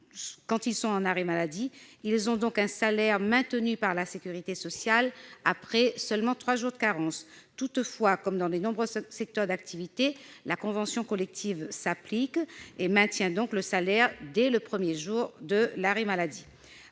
en cas d'arrêt maladie, leur salaire maintenu par la sécurité sociale après trois jours de carence. Toutefois, comme dans de nombreux secteurs d'activité, la convention collective garantit un maintien de salaire dès le premier jour d'arrêt maladie.